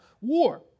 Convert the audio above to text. war